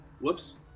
whoops